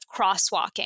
crosswalking